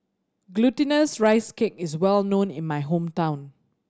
Glutinous Rice Cake is well known in my hometown